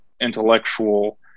intellectual